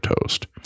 toast